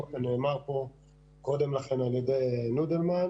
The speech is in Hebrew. כמו שנאמר פה קודם לכן על ידי נודלמן.